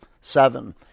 seven